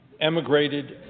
emigrated